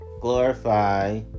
glorify